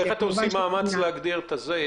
איך אתם מגבירים את הפרסום?